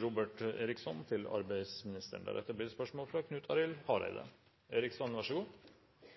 å stille arbeidsministeren følgende spørsmål: «Det vises til